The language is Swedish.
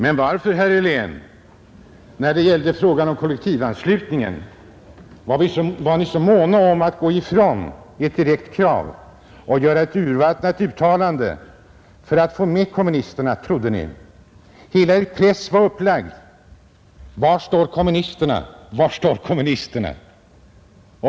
Men varför, herr Helén, när det gällde frågan om kollektivanslutningen, var ni så måna om att gå ifrån ett direkt krav och göra ett urvattnat uttalande för att få med kommunisterna? Hela er press var upplagd: Var står kommunisterna, var står kommunisterna?